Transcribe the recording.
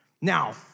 Now